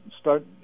start